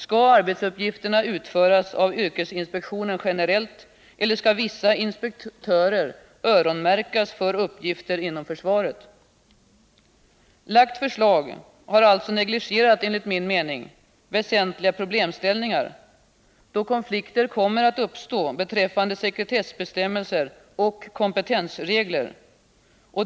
Skall arbetsuppgifterna utföras av yrkesinspektionen generellt eller skall vissa inspektörer ”öronmärkas” för uppgifter inom försvaret? I det förslag som lagts har man alltså negligerat — enligt min mening — 193 väsentliga problemställningar, där konflikter kommer att uppstå beträffande sekretessbestämmelser och kompetensregler.